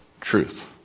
truth